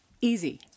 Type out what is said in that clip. easy